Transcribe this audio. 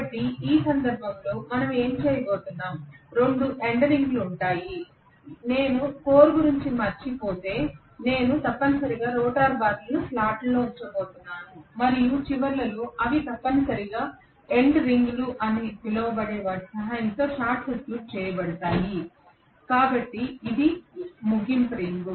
కాబట్టి ఈ సందర్భంలో మనం ఏమి చేయబోతున్నాం రెండు ఎండ్ రింగులు ఉంటాయి నేను కోర్ గురించి మరచిపోతే నేను తప్పనిసరిగా రోటర్ బార్లను స్లాట్లో ఉంచబోతున్నాను మరియు చివర్లలో అవి తప్పనిసరిగా ఎండ్ రింగులు అని పిలువబడే వాటి సహాయంతో షార్ట్ సర్క్యూట్ చేయబడతాయి కాబట్టి ఇది ముగింపు రింగ్